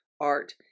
art